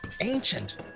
ancient